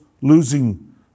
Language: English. losing